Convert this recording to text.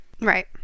Right